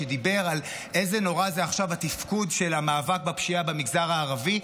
שדיבר על איזה נורא עכשיו התפקוד של המאבק בפשיעה במגזר הערבי,